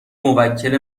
موکل